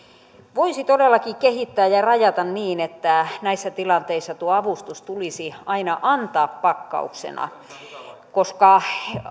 voisi todellakin kehittää ja rajata niin että näissä tilanteissa tuo avustus tulisi aina antaa pakkauksena koska